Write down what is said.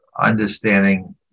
understanding